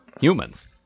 humans